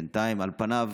בינתיים, על פניו,